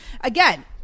Again